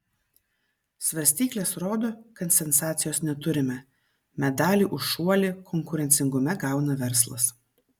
svarstyklės rodo kad sensacijos neturime medalį už šuolį konkurencingume gauna verslas